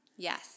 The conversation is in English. Yes